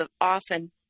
often